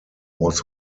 was